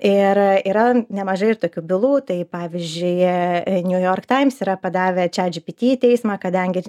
ir yra nemažai ir tokių bylų tai pavyzdžiui new york times yra padavę chagpt į teismą kadangi